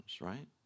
right